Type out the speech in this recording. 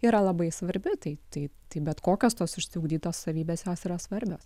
yra labai svarbi tai tai tai bet kokios tos išsiugdytos savybės jos yra svarbios